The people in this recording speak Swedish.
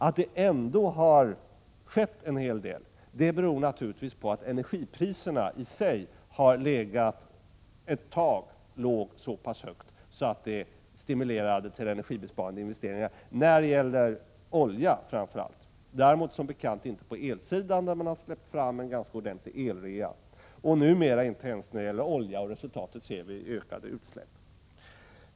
Att det ändå har skett en hel del beror naturligtvis på att energipriserna ett tag låg så pass högt att de stimulerade till energibesparande investeringar. Detta gäller framför allt olja, men däremot inte på elsidan, där det har varit en ganska ordentlig elrea. Numera är priset inte speciellt högt på olja heller, och vi ser resultatet i form av ökade utsläpp.